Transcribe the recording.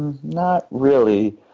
not really.